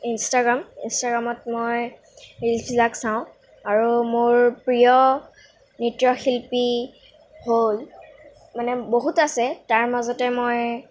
Instagram ইনষ্টাগ্ৰামত মই ৰীলচবিলাক চাওঁ আৰু মোৰ প্ৰিয় নৃত্য় শিল্পী হ'ল মানে বহুত আছে তাৰ মাজতে মই